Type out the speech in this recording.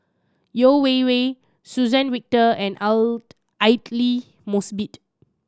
Yeo Wei Wei Suzann Victor and Aidli Mosbit